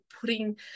putting